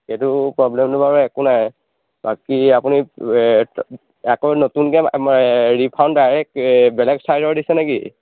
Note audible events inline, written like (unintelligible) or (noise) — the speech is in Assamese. এইটো প্ৰব্লেমটো বাৰু একো নাই বাকী আপুনি আকৌ নতুনকৈ (unintelligible) ৰিফাণ্ড ডাইৰেক্ট বেলেগ ছাইজৰ দিছে নেকি